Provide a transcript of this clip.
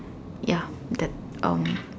ya that um